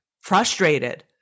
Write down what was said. frustrated